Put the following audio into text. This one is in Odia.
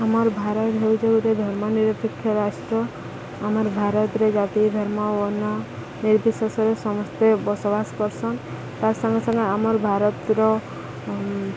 ଆମର୍ ଭାରତ ହେଉଛି ଗୋଟେ ଧର୍ମ ନିରପେକ୍ଷ ରାଷ୍ଟ୍ର ଆମର୍ ଭାରତରେ ଜାତି ଧର୍ମ ବର୍ଣ୍ଣ ନିର୍ବିଶେଷରେ ସମସ୍ତେ ବସବାସ କରସନ୍ ତାର୍ ସାଙ୍ଗେ ସାଙ୍ଗେ ଆମର୍ ଭାରତର